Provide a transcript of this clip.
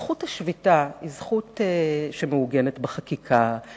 זכות השביתה היא זכות שמעוגנת בחקיקה,